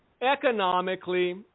economically